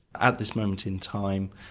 at this moment in time,